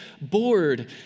bored